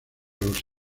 los